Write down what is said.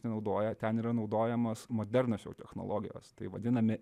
nenaudoja ten yra naudojamos modernios jau technologijos tai vadinami